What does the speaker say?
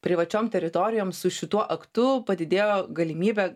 privačiom teritorijom su šituo aktu padidėjo galimybė